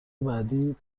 بعدی